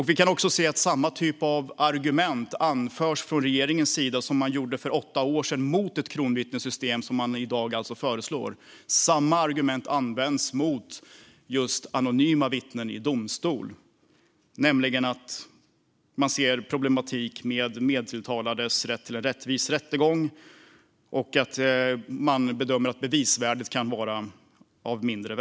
Vi kan också se att samma typ av argument från regeringens sida som man för åtta år sedan anförde mot ett kronvittnessystem, och som man i dag alltså föreslår, nu används mot just anonyma vittnen i domstol, nämligen att man ser en problematik med medtilltalades rätt till en rättvis rättegång och att man bedömer att bevisvärdet kan vara mindre.